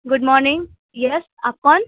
good morning yes آپ کون